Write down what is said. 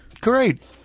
Great